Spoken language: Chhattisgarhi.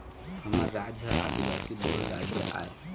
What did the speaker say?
हमर राज ह आदिवासी बहुल राज आय